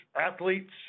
athletes